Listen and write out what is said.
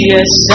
Yes